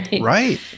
Right